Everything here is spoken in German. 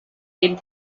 den